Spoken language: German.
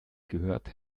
gehört